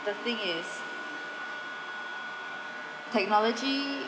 the thing is technology